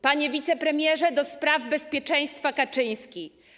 Panie Wicepremierze ds. Bezpieczeństwa Kaczyński!